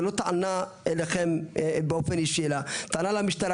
זה המשטרה.